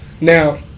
Now